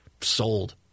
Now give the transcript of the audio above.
Sold